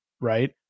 right